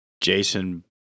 Jason